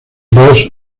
boss